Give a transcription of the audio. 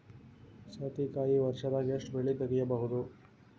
ಸೌತಿಕಾಯಿ ವರ್ಷದಾಗ್ ಎಷ್ಟ್ ಬೆಳೆ ತೆಗೆಯಬಹುದು?